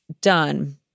done